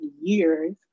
years